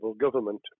government